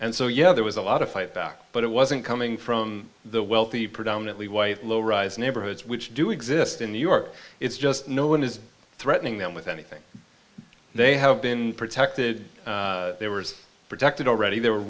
and so yeah there was a lot of fight back but it wasn't coming from the wealthy predominantly white low rise neighborhoods which do exist in new york it's just no one is threatening them with anything they have been protected they were protected already there were